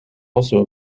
also